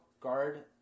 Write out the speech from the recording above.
guard